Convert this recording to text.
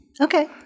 Okay